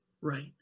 right